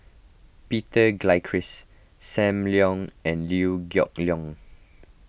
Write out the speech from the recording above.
Peter Gilchrist Sam Leong and Liew Geok Leong